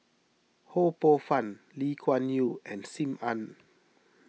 Ho Poh Fun Lee Kuan Yew and Sim Ann